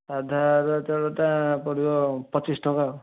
ସାଧାର ଚାଉଳ ଟା ପଡ଼ିବ ପଚିଶ ଟଙ୍କା ଆଉ